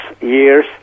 years